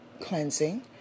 cleansing